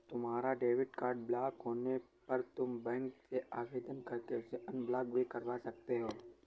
तुम्हारा debit card block होने पर तुम बैंक से आवेदन करके उसे अनब्लॉक भी करवा सकते हो